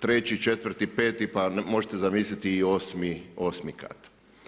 treći, četvrti, pa, možete zamisliti i 8 kat.